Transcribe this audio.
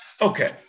Okay